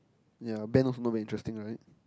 ya band also not very interesting right